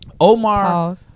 Omar